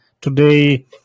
today